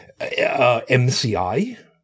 mci